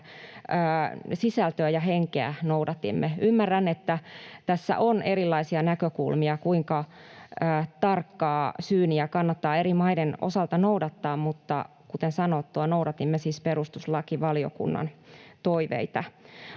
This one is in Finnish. sisältöä ja henkeä noudatimme. Ymmärrän, että tässä on erilaisia näkökulmia, kuinka tarkkaa syyniä kannattaa eri maiden osalta noudattaa, mutta kuten sanottua, noudatimme siis perustuslakivaliokunnan toiveita.